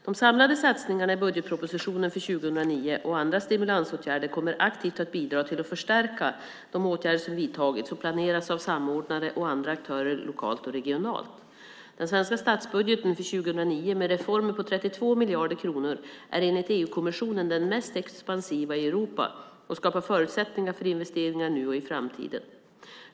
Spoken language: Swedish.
De samlade satsningarna i budgetpropositionen för 2009 och andra stimulansåtgärder kommer aktivt att bidra till att förstärka de åtgärder som vidtagits och planeras av samordnare och andra aktörer, lokalt och regionalt. Den svenska statsbudgeten för 2009, med reformer på 32 miljarder kronor, är enligt EU-kommissionen den mest expansiva i Europa och skapar förutsättningar för investeringar nu och i framtiden.